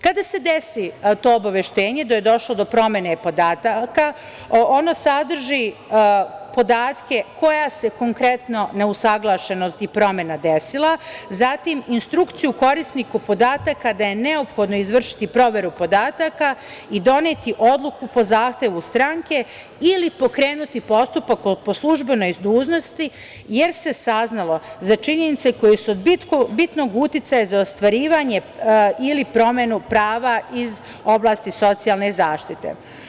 Kada se desi to obaveštenje da je došlo do promene podataka ono sadrži podatke koja se konkretno neusaglšenosti promena desila, zatim instrukciju korisnika podataka da je neophodno izvršiti proveru podataka i doneti odluku po zahtevu stranke ili pokrenuti postupak po službenoj dužnosti jer se saznalo za činjenice koje su od bitnog uticaja za ostvarivanje ili promenu prava iz oblasti socijalne zaštite.